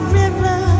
river